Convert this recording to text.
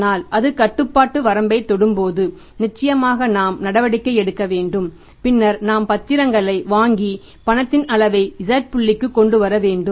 ஆனால் அது கட்டுப்பாட்டு வரம்பைத் தொடும்போது நிச்சயமாக நாம் நடவடிக்கை எடுக்க வேண்டும் பின்னர் நாம் பத்திரங்களை வாங்கி பணத்தின் அளவை z புள்ளிக்கு கொண்டு வர வேண்டும்